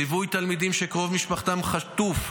ליווי תלמידים שקרוב משפחתם חטוף,